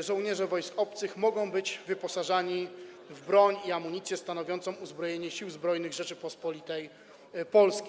żołnierze wojsk obcych mogą być wyposażani w broń i amunicję stanowiące uzbrojenie Sił Zbrojnych Rzeczypospolitej Polskiej.